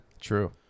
True